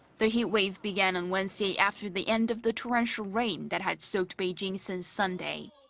the heatwave began on wednesday after the end of the torrential rain that had soaked beijing since sunday.